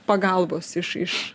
pagalbos iš iš